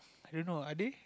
don't know are they